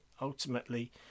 ultimately